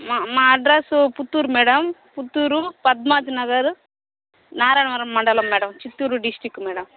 మా మా address Puttur madam Puttur Padmavati Nagar Narayanavaram మండలం మేడం చిత్తూర్ డిస్ట్రిక్ట్ మేడం